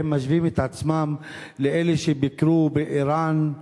והם משווים את עצמם לאלה שביקרו באירן,